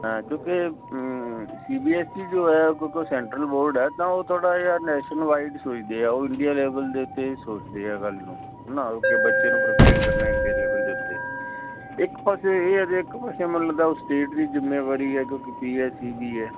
ਹਾਂ ਕਿਉਂਕਿ C B S E ਜੋ ਹੈ ਕਿਉਂਕਿ ਉਹ ਸੈਂਟਰਲ ਬੋਰਡ ਹੈ ਤਾਂ ਉਹ ਥੋੜ੍ਹਾ ਜਿਹਾ ਨੈਸ਼ਨਲਵਾਈਡ ਸੋਚਦੇ ਹੈ ਉਹ ਇੰਡੀਆ ਲੈਵਲ ਦੇ ਉੱਤੇ ਸੋਚਦੇ ਹੈ ਗੱਲ ਨੂੰ ਨਾਲ ਕਿ ਬੱਚੇ ਨੂੰ ਪਰਪੇਅਰ ਕਰਨਾ ਇੰਡੀਆ ਲੇਵਲ ਦੇ ਉੱਤੇ ਇੱਕ ਪਾਸੇ ਇਹ ਅਜੇ ਇੱਕ ਪਾਸੇ ਮੈਨੂੰ ਲੱਗਦਾ ਉਹ ਸਟੇਟ ਦੀ ਜ਼ਿੰਮੇਵਾਰੀ ਹੈ ਕਿਉਂਕਿ ਪੀ ਐਸ ਈ ਬੀ ਹੈ